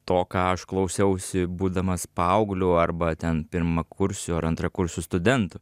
to ką aš klausiausi būdamas paaugliu arba ten pirmakursiu ar antrakursiu studentu